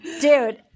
dude